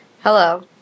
Hello